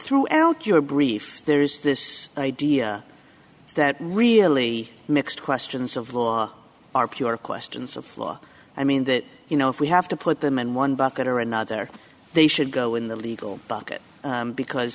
throughout your brief there is this idea that really mixed questions of law are pure questions of law i mean that you know if we have to put them in one bucket or another they should go in the legal bucket because